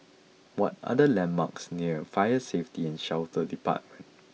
what are the landmarks near Fire Safety and Shelter Department